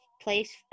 place